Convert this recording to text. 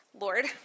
Lord